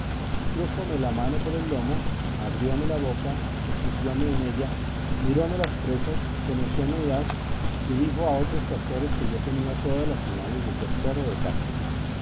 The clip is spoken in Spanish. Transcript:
cola trújome la mano por el lomo abrióme la boca escupióme en ella miróme las presas conoció mi edad y dijo a otros pastores que yo tenía todas las señales de ser perro de casta